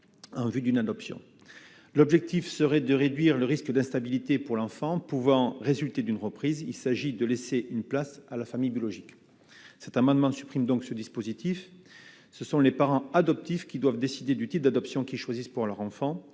en vue d'une adoption, l'objectif serait de réduire le risque d'instabilité pour l'enfant pouvant résulter d'une reprise, il s'agit de laisser une place à la famille biologique, cet amendement supprime donc ce dispositif, ce sont les parents adoptifs qui doivent décider du type d'adoption qui choisissent pour leur enfant